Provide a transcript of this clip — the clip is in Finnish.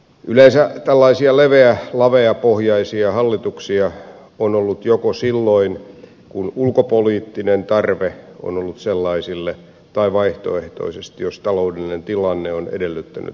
yleensä tällaisia leveä ja laveapohjaisia hallituksia on ollut joko silloin kun ulkopoliittinen tarve on ollut sellaiselle tai vaihtoehtoisesti silloin jos taloudellinen tilanne on edellyttänyt vaativia ratkaisuja